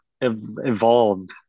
evolved